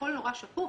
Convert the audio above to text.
הכול נורא שקוף,